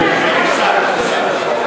שרון גל אומר,